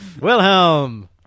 Wilhelm